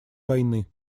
войны